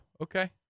Okay